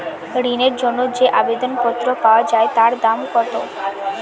ঋণের জন্য যে আবেদন পত্র পাওয়া য়ায় তার দাম কত?